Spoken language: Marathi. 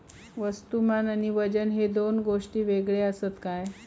वस्तुमान आणि वजन हे दोन गोष्टी वेगळे आसत काय?